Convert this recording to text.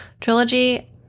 trilogy